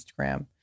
Instagram